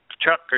Chuck